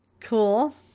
Cool